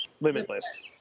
limitless